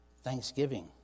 thanksgiving